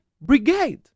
brigade